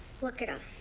look at him.